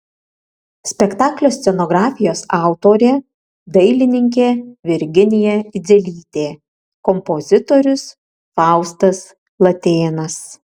spektaklio scenografijos autorė dailininkė virginija idzelytė kompozitorius faustas latėnas